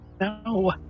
No